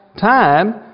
time